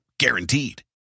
Guaranteed